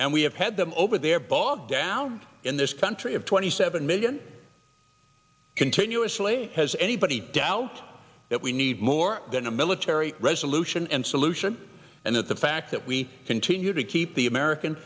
and we have had them over there bogged down in this country of twenty seven million continuously has anybody doubt that we need more than a military resolution and solution and that the fact that we continue to keep the american